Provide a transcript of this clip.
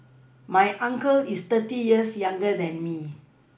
my uncle is thirty years younger than me